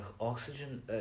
Oxygen